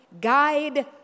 Guide